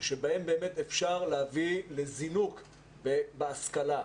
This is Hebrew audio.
ושבהם אפשר להביא לזינוק בהשכלה.